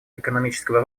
экономического